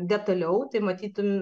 detaliau tai matytum